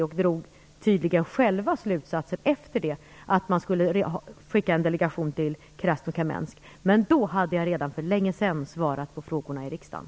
De drog tydligen själva den slutsatsen att man skulle skicka en delegation till Krasnokamensk. Men då hade jag redan för länge sedan svarat på frågorna i riksdagen.